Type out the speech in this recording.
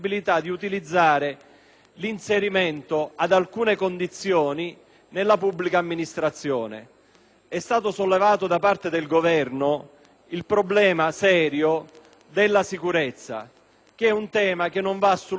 l'inserimento, ad alcune condizioni, nella pubblica amministrazione. È stato sollevato dal Governo il problema serio della sicurezza; è un tema che non deve essere trascurato